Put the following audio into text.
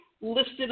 listed